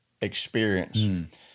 experience